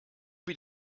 wie